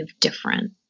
different